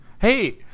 Hey